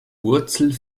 wurzel